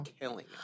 killing